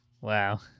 Wow